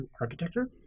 architecture